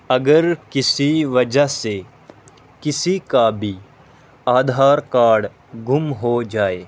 اگر کسی وجہ سے کسی کا بھی آدھار کارڈ گم ہو جائے